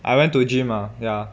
I went to gym ah ya